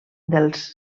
dels